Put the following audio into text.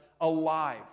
alive